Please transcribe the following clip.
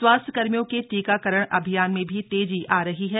स्वास्थ्यकर्मियों के टीकाकरण अभियान में भी तेजी थ रही है